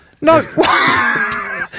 No